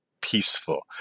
peaceful